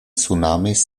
tsunamis